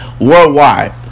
worldwide